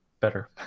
better